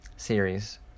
series